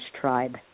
tribe